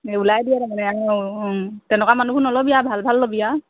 ওলাই দিয়ে তাৰমানে অঁ তেনেকুৱা মানুহবোৰ নল'বি আ ভাল ভাল লবি আ